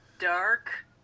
dark